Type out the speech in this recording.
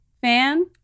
fan